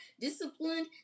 disciplined